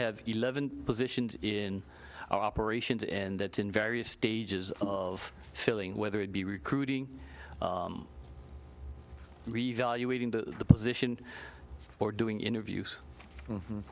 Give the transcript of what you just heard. have eleven positions in our operations and that's in various stages of filling whether it be recruiting reevaluating the position or doing interviews